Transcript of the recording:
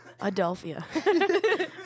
Adelphia